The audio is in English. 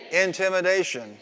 intimidation